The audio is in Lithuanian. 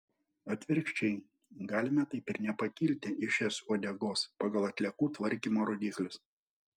atvirkščiai galime taip ir nepakilti iš es uodegos pagal atliekų tvarkymo rodiklius